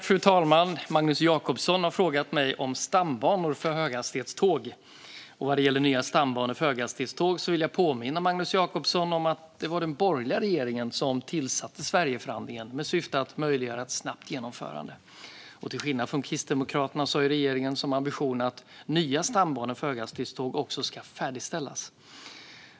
Fru talman! Magnus Jacobsson har frågat mig om stambanor för höghastighetståg. Vad det gäller nya stambanor för höghastighetståg vill jag påminna Magnus Jacobsson om att det var den borgerliga regeringen som tillsatte Sverigeförhandlingen med syfte att möjliggöra ett snabbt genomförande. Till skillnad från Kristdemokraterna har regeringen som ambition att nya stambanor för höghastighetståg också ska färdigställas.